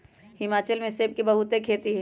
हिमाचल में सेब के बहुते खेत हई